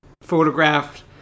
photographed